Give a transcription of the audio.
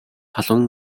халуун